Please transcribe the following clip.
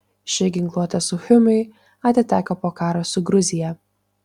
ši ginkluotė suchumiui atiteko po karo su gruzija